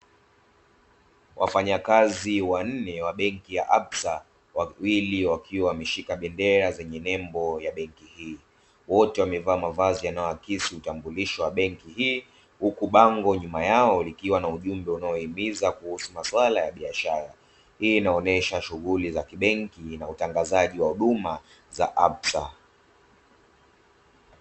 Wafanyakazi wanne wa benki ya "absa", wawili wakiwa wameshika bendera zenye nembo ya benki hii, wote wamevaa mavazi yanayoakisi utambulisho wa benki hii, huku bango nyuma yao likiwa na ujumbe unaohimiza kuhusu maswala ya biashara. Hii inaonyesha shughuli za kibenki na utangazaji wa huduma za "absa".